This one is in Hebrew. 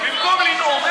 במקום לנאום.